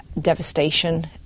devastation